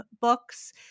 books